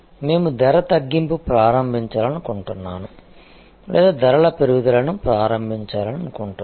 మేము ధర తగ్గింపు ప్రారంభించాలనుకుంటున్నాను లేదా ధరల పెరుగుదలను ప్రారంభించాలనుకుంటున్నాను